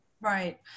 Right